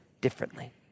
differently